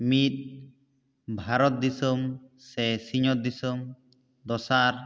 ᱢᱤᱫ ᱵᱷᱟᱨᱚᱛ ᱫᱤᱥᱚᱢ ᱥᱮ ᱥᱤᱧᱚᱛ ᱫᱤᱥᱚᱢ ᱫᱚᱥᱟᱨ